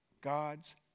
God's